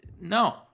no